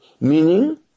meaning